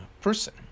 person